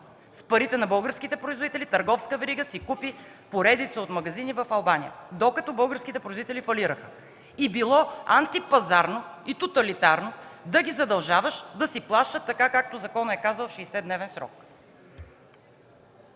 С парите на българските производители търговска верига си купи поредица от магазини в Албания, докато българските производители фалираха. И било антипазарно и тоталитарно да ги задължаваш да си плащат така, както законът е казал – в 60-дневен срок.